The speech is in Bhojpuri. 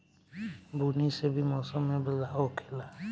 बुनी से भी मौसम मे बदलाव होखेले